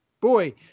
boy